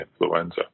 influenza